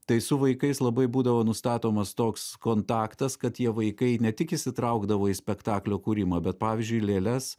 tai su vaikais labai būdavo nustatomas toks kontaktas kad tie vaikai ne tik įsitraukdavo į spektaklio kūrimą bet pavyzdžiui lėles